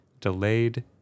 delayed